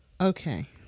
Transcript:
Okay